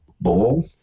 ball